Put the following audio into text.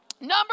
Number